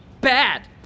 Bad